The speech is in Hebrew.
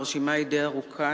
והרשימה היא די ארוכה,